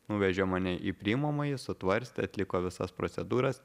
nuvežė mane į priimamąjį sutvarstė atliko visas procedūras